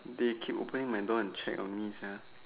they keep opening my door and check on me sia